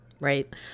right